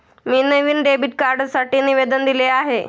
मी नवीन डेबिट कार्डसाठी निवेदन दिले आहे